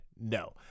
no